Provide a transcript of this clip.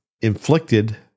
inflicted